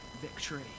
victory